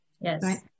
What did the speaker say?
Yes